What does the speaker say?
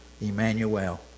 Emmanuel